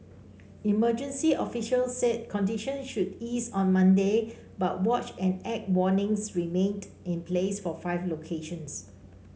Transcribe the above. emergency officials said condition should ease on Monday but watch and act warnings remained in place for five locations